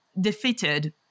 defeated